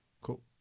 cool